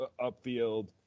upfield